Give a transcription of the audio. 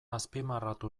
azpimarratu